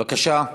בבקשה.